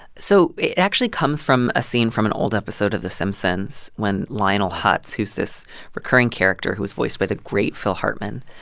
so it actually comes from a scene from an old episode of the simpsons, when lionel hutz, who's this recurring character who is voiced by the great phil hartman